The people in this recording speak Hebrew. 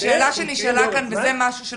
אתה זורק